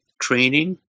training